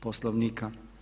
Poslovnika.